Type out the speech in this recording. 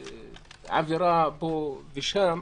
בעבירה פה או שם.